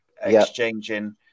exchanging